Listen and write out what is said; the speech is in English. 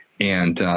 and